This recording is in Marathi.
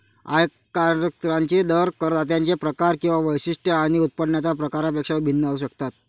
आयकरांचे दर करदात्यांचे प्रकार किंवा वैशिष्ट्ये आणि उत्पन्नाच्या प्रकारापेक्षा भिन्न असू शकतात